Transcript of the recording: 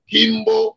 Kimbo